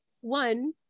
one